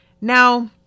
Now